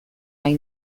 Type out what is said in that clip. nahi